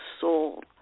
soul